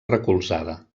recolzada